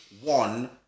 one